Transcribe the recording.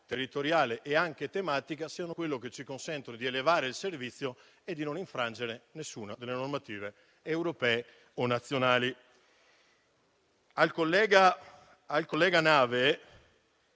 territoriale e anche tematica, siano ciò che ci consente di elevare il servizio e di non infrangere nessuna delle normative europee o nazionali. Al collega Nave